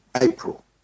April